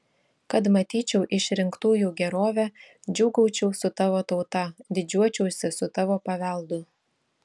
kad matyčiau išrinktųjų gerovę džiūgaučiau su tavo tauta didžiuočiausi su tavo paveldu